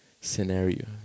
scenario